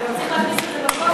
וגם צריך להכניס את זה בקונטקסט,